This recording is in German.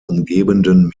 umgebenden